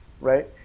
right